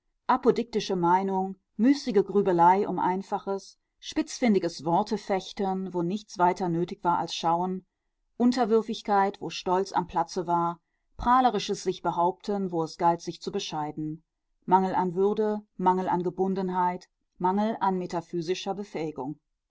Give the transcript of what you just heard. apodiktische meinung müßige grübelei um einfaches spitzfindiges wortefechten wo nichts weiter nötig war als schauen unterwürfigkeit wo stolz am platze war prahlerisches sichbehaupten wo es galt sich zu bescheiden mangel an würde mangel an gebundenheit mangel an metaphysischer befähigung